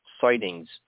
sightings